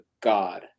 God